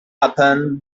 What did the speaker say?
happened